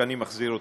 שאני מחזיר אותה,